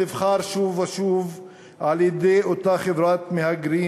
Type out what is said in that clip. הנבחר שוב ושוב על-ידי אותה חברת מהגרים,